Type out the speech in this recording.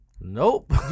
Nope